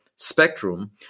spectrum